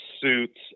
suits